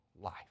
life